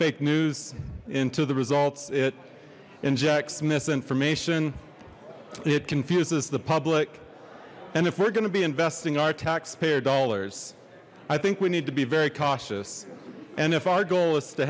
fake news into the results it injects misinformation it confuses the public and if we're going to be investing our taxpayer dollars i think we need to be very cautious and if our goal is to